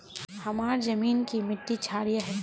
हमार जमीन की मिट्टी क्षारीय है?